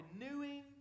renewing